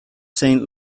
saint